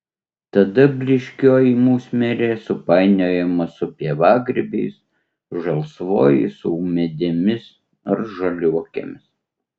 tada blyškioji musmirė supainiojama su pievagrybiais žalsvoji su ūmėdėmis ar žaliuokėmis